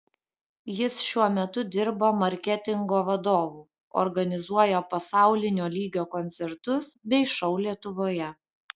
jis šiuo metu dirba marketingo vadovu organizuoja pasaulinio lygio koncertus bei šou lietuvoje